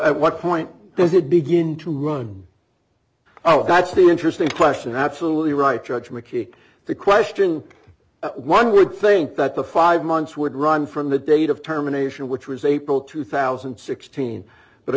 at what point does it begin to run oh that's the interesting question absolutely right judge mckee the question one would think that the five months would run from the date of terminations which was april two thousand and sixteen but a